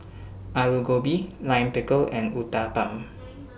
Alu Gobi Lime Pickle and Uthapam